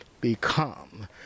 become